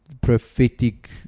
prophetic